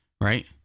right